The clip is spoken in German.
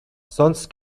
sonst